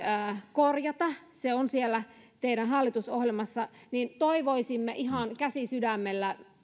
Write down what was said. korjata kun se on siellä teidän hallitusohjelmassanne niin toivoisimme ihan käsi sydämellä